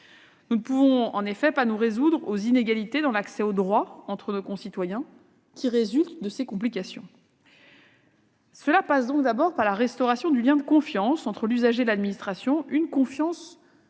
Nous ne pouvons pas nous résoudre aux inégalités existant, dans l'accès aux droits, entre nos concitoyens et qui résultent de ces complications. Cela passe d'abord par la restauration d'un lien de confiance entre l'usager et l'administration, une confiance